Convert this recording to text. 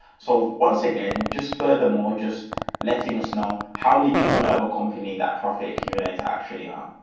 so once again, just furthermore, just letting us know how legitimate of a company that profit accumulator actually are.